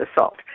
assault